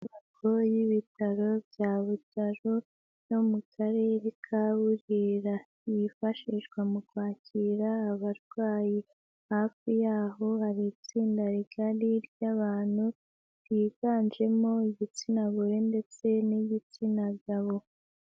Inyubako y'ibitaro bya Butaro byo mu karere ka Burera yifashishwa mu kwakira abarwayi, hafi yaho hari itsinda rigari ry'abantu ryiganjemo igitsina gore ndetse n'igitsina gabo.